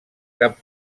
cap